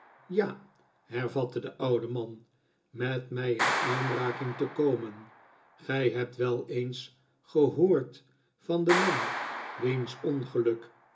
ja hervatte de oude man met mij in aanraking te komen gij hebt wel eens gehoord van den man wiens ongeluk